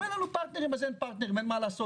אם אין לנו פרטנרים אז אין פרטנרים אין מה לעשות,